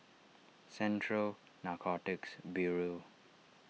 Central Narcotics Bureau